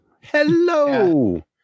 Hello